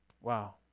Wow